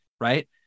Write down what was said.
right